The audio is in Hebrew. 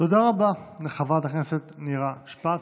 תודה רבה לחברת הכנסת נירה שפק.